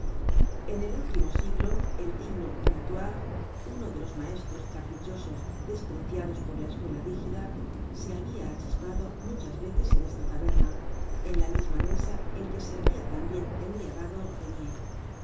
en el último siglo el digno natoire uno de los maestros caprichosos despreciados por la escuela rígida se habia achispado muchas veces en esta taberna en la misma mesa en que se habia tambien embriagado